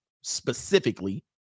specifically